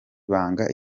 banga